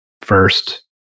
first